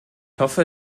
hoffe